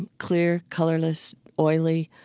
and clear, colorless, oily,